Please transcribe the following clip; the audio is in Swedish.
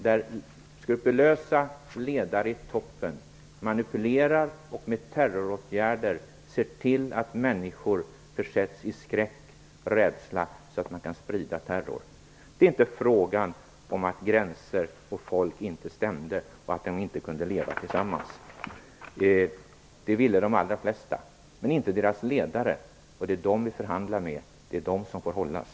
Skrupulösa ledare i toppen manipulerade och använde terroråtgärder för att se till att människor försattes i skräck och rädsla. Det var inte fråga om att gränser och folk inte stämde och att människor inte kunde leva tillsammans. De allra flesta ville leva tillsammans, men det ville inte deras ledare, och det är dem som vi förhandlar med. Det är de som får hållas.